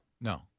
No